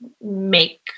make